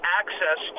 access